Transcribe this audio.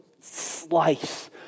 slice